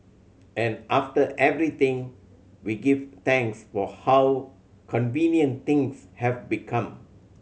and after everything we give thanks for how convenient things have become